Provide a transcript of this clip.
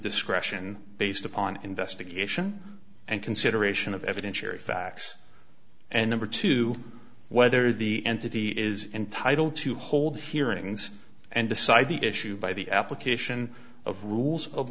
discretion based upon investigation and consideration of evidentiary facts and number two whether the entity is entitled to hold hearings and decide the issue by the application of rules of